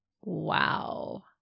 Wow